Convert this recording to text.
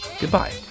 Goodbye